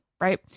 right